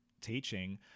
teaching